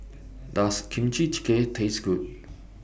Does Kimchi Jjigae Taste Good